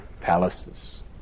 palaces